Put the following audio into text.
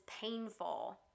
painful